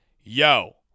yo